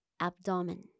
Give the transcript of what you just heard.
abdomen